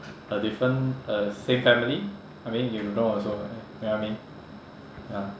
a different uh same family I mean you don't know also you know what I mean ya